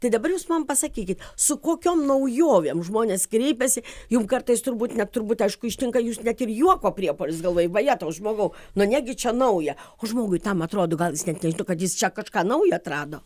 tai dabar jūs man pasakykit su kokiom naujovėm žmonės kreipiasi jum kartais turbūt net turbūt aišku ištinka jūs net ir juoko priepuolis galvoji vajetau žmogau na negi čia nauja o žmogui tam atrodo gal jis net nežino kad jis čia kažką naujo atrado